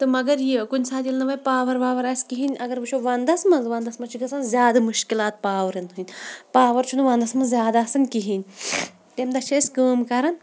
تہٕ مَگَر یہِ کُنہِ ساتہٕ ییٚلہِ نہٕ وۄنۍ پاوَر واوَر آسہِ کِہیٖنۍ اَگَر وٕچھُو وَندَس مَنٛز وَندَس مَنٛز چھُ گَژھان زیادٕ مُشکِلات پاورَن ہِنٛد پاوَر چھُنہٕ وَندَس مَنٛز زیادٕ آسان کِہیٖنۍ تمہِ دۄہ چھِ أسۍ کٲم کَران